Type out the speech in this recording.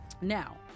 Now